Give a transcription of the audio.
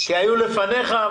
היו דוברים לפניך,